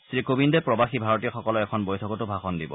শ্ৰীকোবিন্দে প্ৰবাসী ভাৰতীয় সকলৰ এখন বৈঠকতো ভাষণ দিব